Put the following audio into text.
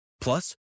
Plus